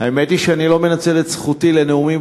האמת היא שאני לא מנצל את זכותי לנאומים